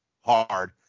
hard